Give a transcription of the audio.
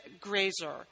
Grazer